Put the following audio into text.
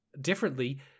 differently